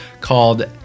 called